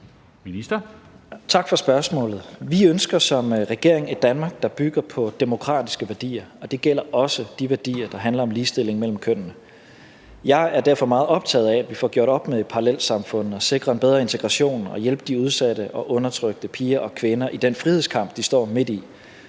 Tak for spørgsmålet. Vi ønsker som regering et Danmark, der bygger på demokratiske værdier, og det gælder også de værdier, der handler om ligestilling mellem kønnene. Jeg er derfor meget optaget af, at vi får gjort op med parallelsamfundene og får sikret en bedre integration og får hjulpet de udsatte og undertrykte piger og kvinder i den frihedskamp, de står midt i.